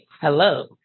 Hello